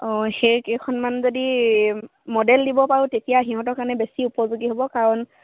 অঁ সেই কেইখনমান যদি মডেল দিব পাৰোঁ তেতিয়া সিহঁতৰ কাৰণে বেছি উপযোগী হ'ব কাৰণ